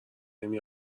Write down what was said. نمی